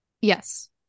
Yes